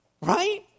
Right